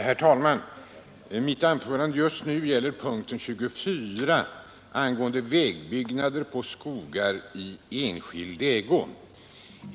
Herr talman! Mitt anförande just nu gäller punkten 24 angående vägbyggnader på skogar i enskild ägo.